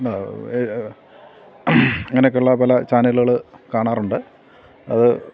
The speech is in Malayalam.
അങ്ങനെയക്കെയുള്ള പല ചാനലുകൾ കാണാറുണ്ട് അത്